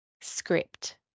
Script